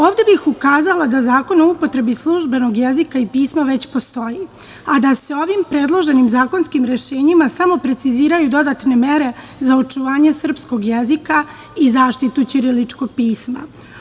Ovde bih ukazala da Zakon o upotrebi službenog jezika i pisma već postoji, a da se ovim predloženim zakonskim rešenjima, samo preciziraju dodatna mere, za očuvanje srpskog jezika i zaštitu ćiriličnog pisma.